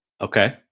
Okay